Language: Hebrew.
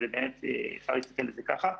אז באמת אפשר להסתכל על זה ככה,